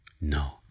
No